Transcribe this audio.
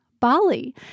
Bali